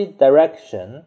direction